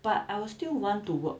but I will still want to work